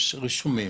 יש כאן רישומים.